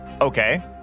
Okay